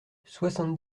soixante